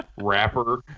rapper